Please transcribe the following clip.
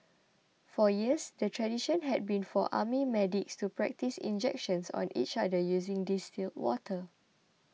for years the tradition had been for army medics to practise injections on each other using distilled water